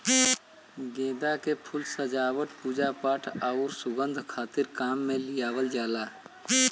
गेंदा के फूल सजावट, पूजापाठ आउर सुंगध खातिर काम में लियावल जाला